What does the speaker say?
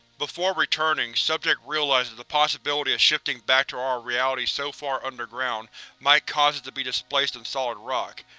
before returning, subject realized that the possibility of shifting back to our reality so far underground might cause it to be displaced in solid rock,